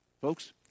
Folks